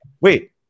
Wait